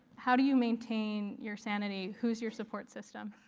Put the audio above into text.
how do you maintain your sanity? who's your support system.